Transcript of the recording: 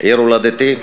עיר הולדתי.